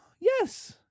yes